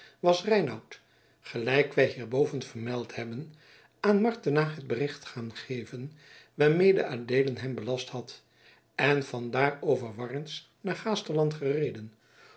was reinout gelijk wij hierboven vermeld hebben aan martena het bericht gaan geven waarmede adeelen hem belast had en van daar over warns naar gaasterland gereden